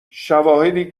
شواهدی